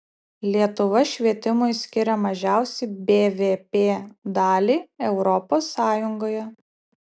lietuva švietimui skiria mažiausią bvp dalį europos sąjungoje